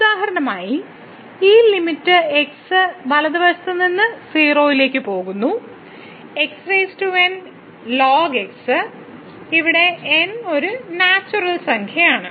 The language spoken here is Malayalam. ഉദാഹരണമായി ഈ ലിമിറ്റ് x വലതുവശത്ത് നിന്ന് 0 ലേക്ക് പോകുന്നു xnln x ഇവിടെ n ഒരു നാച്ചുറൽ സംഖ്യയാണ്